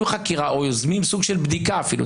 חקירה או יוזמים סוג של בדיקה אפילו,